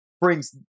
brings